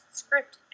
script